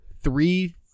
three –